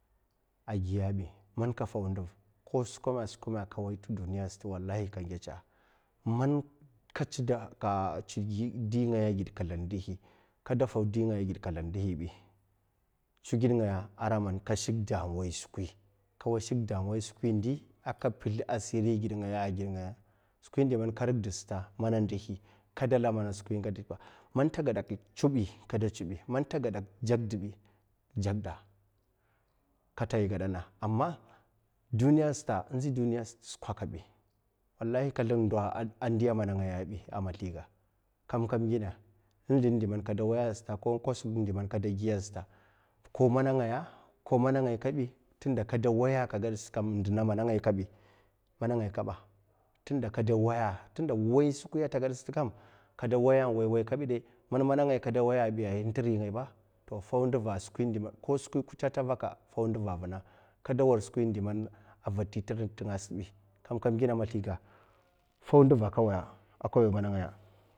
Agiya ɓi man ka fau nduv ko skume ka wai t'duniya sat walai ka ngetsa, man ka tse dingai agiɗ kazlan ndihi ka ngetsa tsew giɗngaya aram an, kashikda wai skwi ndi aka pezl asiri giɗ ngaya aringaya kada lamana skwi ndihi ɓa man tagaɗak tswen t'ɓa, ka da tsweɓi, man ta gaɗak gekɗɓi gekda, kata ai gadana ennzi duniya sata skwakabi ama skwi ndoa andi manangaiya ɓi kakam amazliga, enzlin di man kada waya aka gaɗ sata komana ngaya mana ngaɓi, tunda kaɗa waya kagaɗ sa, endna manangaiɓi mana ngai kaɓa, tunda wai skwia tagaɗsa kada waya en wai- wai kabi ɗe, man manangai kada waya aɓi ba, to fau nduv askwi diman ko kwute ata vaka fau nduva avuna ka ɗa wai skwi avati t'si t'ngaɓi fau ndiv aƙa waya mana ngaya.